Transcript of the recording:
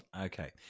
okay